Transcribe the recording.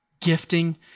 gifting